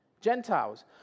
Gentiles